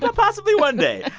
but possibly one day.